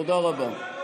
תודה רבה.